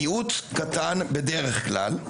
מיעוט קטן בדרך כלל,